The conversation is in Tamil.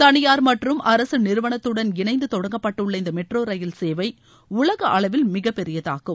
தளியார் மற்றும் அரசு நிறுவனத்துடன் இணைந்து தொடங்கப்பட்டுள்ள இந்த மெட்ரோ ரயில் சேவை உலக அளவில் மிகப்பெரியதாகும்